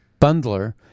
bundler